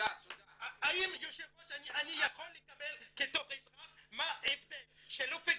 האם אני יכול לקבל בתור אזרח מה ההבדל של אופק